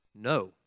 No